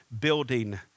building